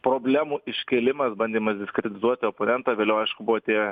problemų iškėlimas bandymas diskredituoti oponentą vėliau aišku buvo tie